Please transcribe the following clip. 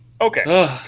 Okay